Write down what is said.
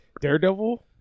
Daredevil